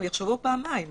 הם יחשבו פעמיים.